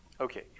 Okay